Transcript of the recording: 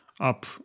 up